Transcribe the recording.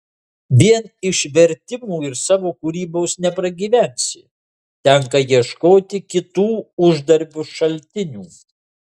vien iš vertimų ir savo kūrybos nepragyvensi tenka ieškoti kitų uždarbio šaltinių